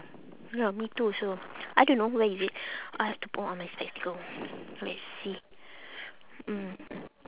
ya me too also I don't know where is it I have to put on my spectacle let's see mm